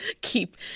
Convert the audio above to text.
keep